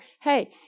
Hey